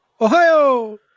Ohio